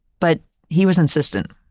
but he was insistent,